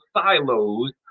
silos